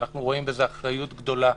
ואנחנו רואים בזה אחריות גדולה.